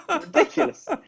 ridiculous